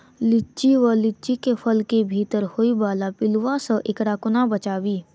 लिच्ची वा लीची केँ फल केँ भीतर होइ वला पिलुआ सऽ एकरा कोना बचाबी?